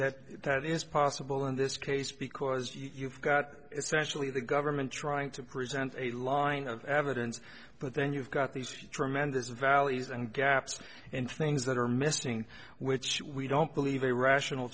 that is possible in this case because you've got essentially the government trying to present a line of evidence but then you've got these tremendous valleys and gaps and things that are missing which we don't believe a rational